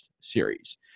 series